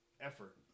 effort